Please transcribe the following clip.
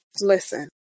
listen